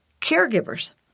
caregivers